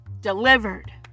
delivered